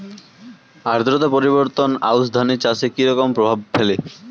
আদ্রতা পরিবর্তন আউশ ধান চাষে কি রকম প্রভাব ফেলে?